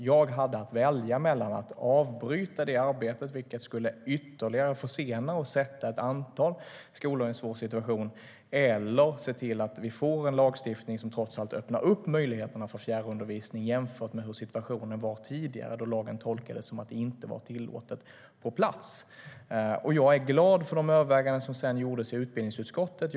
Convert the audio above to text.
Jag hade att välja mellan att avbryta detta arbete, vilket skulle försena detta ytterligare och sätta ett antal skolor i en svår situation, eller se till att vi får en lagstiftning på plats som trots allt öppnar möjligheterna för fjärrundervisning jämfört med hur situationen var tidigare, då lagen tolkades som att det inte var tillåtet. Jag är glad för de överväganden som sedan gjordes i utbildningsutskottet.